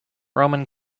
roman